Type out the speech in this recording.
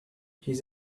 his